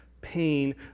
pain